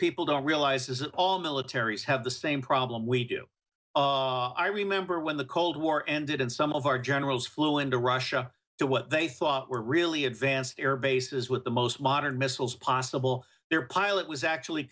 people don't realize is that all militaries have the same problem we do i remember when the cold war ended and some of our generals flew into russia to what they thought were really advanced air bases with the most modern missiles possible their pilot was actually